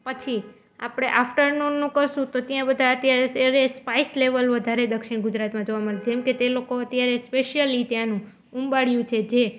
પછી આપણે આફ્ટરનૂનનું કરીશું તો ત્યાં બધા અત્યારે સ્પાઇસ લેવલ વધારે દક્ષિણ ગુજરાતમાં જોવા મળે છે જેમ કે તે લોકો અત્યારે સ્પેશિયલી ત્યાંનું ઉંબાડિયું છે જે